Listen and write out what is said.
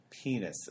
penises